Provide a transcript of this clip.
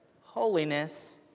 holiness